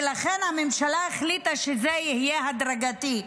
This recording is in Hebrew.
ולכן הממשלה החליטה שזה יהיה הדרגתי,